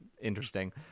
interesting